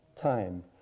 time